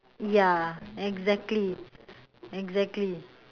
ya exactly exactly